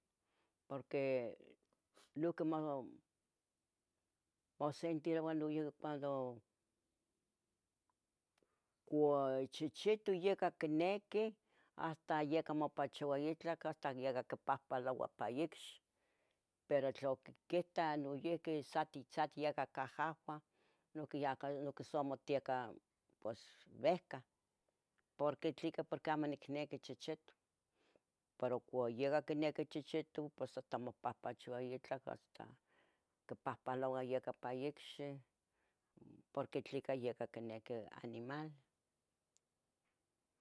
Porque lo que ma, mosentiroua noyihqui cuando cua chichitu yeh acah quinequih, hasta yaca mopachoua itlac, hasta yacac quipahpaloa pa icxi, pero tla quita noyihqui, sa ti sa tiyacahahuah, noyihqui yaca sa motieca pos behca, porque tleca porque ao nicniqui chechetu, pero cua yahca quinequi chichitu pos hasta mopahpachoua itlac hasta quipahpaloua iyacapa icxi, porque tleca porque yacah quiniqui animal.